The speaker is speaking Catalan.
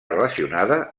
relacionada